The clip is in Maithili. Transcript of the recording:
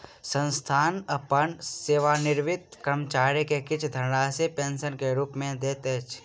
संस्थान अपन सेवानिवृत कर्मचारी के किछ धनराशि पेंशन के रूप में दैत अछि